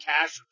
cash